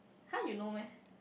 (huh) you know meh